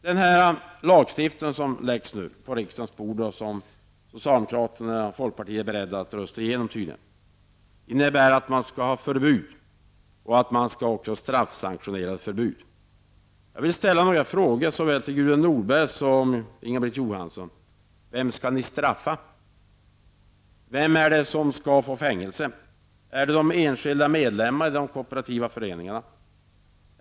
Den lagstiftning som nu läggs på riksdagens bord och som socialdemokraterna och folkpartiet tydligen är beredda att rösta igenom, innebär att man skall ha förbud och att man också skall straffsanktionera ett förbud. Jag vill ställa några frågor såväl till Gudrun Norberg som till Inga-Britt Johansson. Vem skall ni straffa? Vem skall få fängelse? Är det de enskilda medlemmarna i de kooperativa föreningarna?